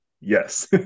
yes